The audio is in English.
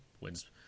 wins